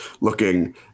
looking